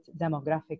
demographics